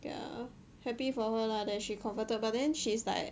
ya happy for her lah then she converted but then she's like